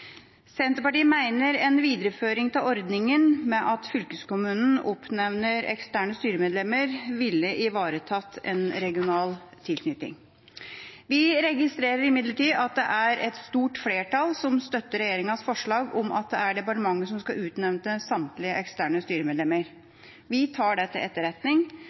Senterpartiet mener en videreføring av ordningen med at fylkeskommunen oppnevner eksterne styremedlemmer, ville ivaretatt en regional tilknytning. Vi registrerer imidlertid at det er et stort flertall som støtter regjeringas forslag om at det er departementet som skal utnevne samtlige eksterne styremedlemmer. Vi tar det til etterretning,